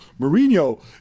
Mourinho